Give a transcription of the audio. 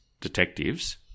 detectives